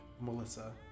Melissa